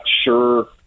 sure